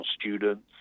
students